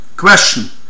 question